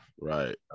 Right